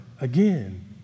again